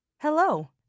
Hello